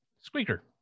Squeaker